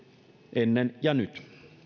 ennen ja nyt